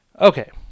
okay